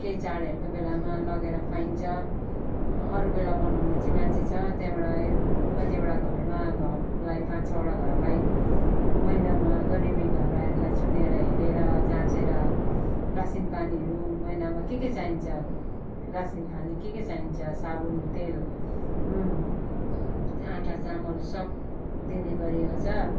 केही चाडहरूको बेलामा लगेर खुवाइन्छ अरू बेला बनाउने चाहिँ मान्छे छ त्यहाँबाट कतिवटा घरमा घरकोलाई पाँच छवटा घरलाई महिनामा गरिबी घरहरूलाई चुनेर हेरेर जाँचेर रासिन पानीहरू महिनामा के के चाहिन्छ रासिन पानी के के चाहिन्छ साबुन तेल नुन आटा चामल सब दिने गरिएको छ